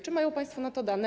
Czy mają państwo na to dane?